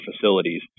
facilities